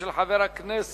של חבר הכנסת